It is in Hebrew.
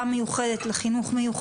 שואלים ודחופים,